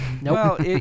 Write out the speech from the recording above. Nope